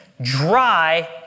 dry